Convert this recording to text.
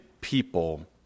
people